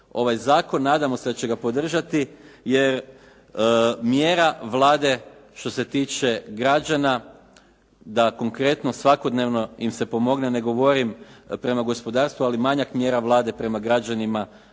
ovaj zakon. Nadamo se da će ga podržati, jer mjera Vlade što se tiče građana da konkretno svakodnevno im se pomogne, ne govorim prema gospodarstvu, ali manjak mjera Vlade prema građanima